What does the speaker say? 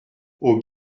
aux